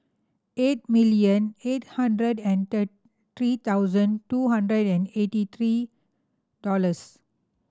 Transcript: eight million eight hundred and three thousand two hundred and eighty three dollors